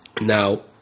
Now